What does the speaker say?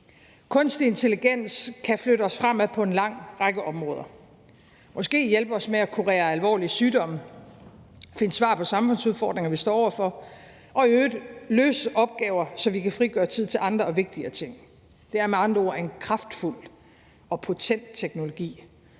Kunstig intelligens kan flytte os fremad på en lang række områder. Måske kan den hjælpe os med at kurere alvorlige sygdomme, finde svar på de samfundsudfordringer, vi står over for, og i øvrigt løse opgaver, så vi kan frigøre tid til andre og vigtigere ting. Det er med andre ord en kraftfuld og potent teknologi,